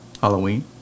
Halloween